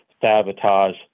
sabotage